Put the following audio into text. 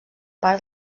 part